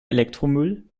elektromüll